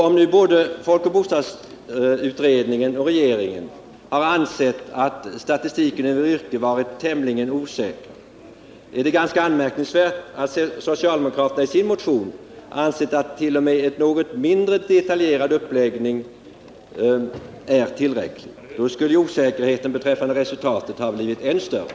Om både folkoch bostadsutredningen och regeringen har ansett att statistiken över yrken varit tämligen osäker, är det ganska anmärkningsvärt att socialdemokraterna i sin motion har ansett att t.o.m. en något mindre detaljerad uppläggning är tillräcklig. Då skulle ju osäkerheten beträffande resultatet bli ännu större.